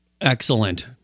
Excellent